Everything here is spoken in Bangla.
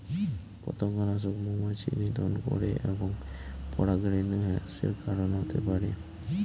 পতঙ্গনাশক মৌমাছি নিধন করে এবং পরাগরেণু হ্রাসের কারন হতে পারে